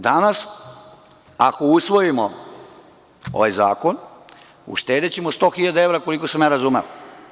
Danas, ako usvojimo ovaj zakon, uštedećemo sto hiljada evra, koliko sam ja razumeo.